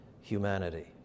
humanity